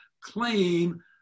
claim